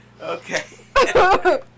Okay